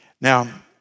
Now